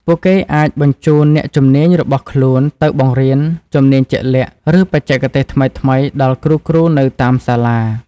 ពួកគេអាចបញ្ជូនអ្នកជំនាញរបស់ខ្លួនទៅបង្រៀនជំនាញជាក់លាក់ ឬបច្ចេកវិទ្យាថ្មីៗដល់គ្រូៗនៅតាមសាលា។